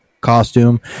costume